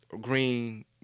green